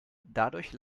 dadurch